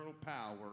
power